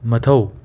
ꯃꯊꯧ